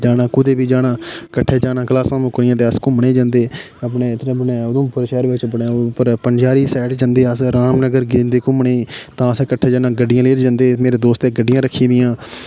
जाना कुतै बी जाना कट्ठे जाना कुतै बी जाना कट्ठे जाना क्लासा मुकनिया ते अस घूमने जंदे अपने इद्धरा उधुमपुर शैह्र बिच्च अपना पंचारी साइड जंदे अस रामनगर जन्दे घूमने तां अस कट्ठे जाना गड्डियां लेइयै बी जंदे हे मेरे दोस्तें गड्डियां रक्खी दियां इक ते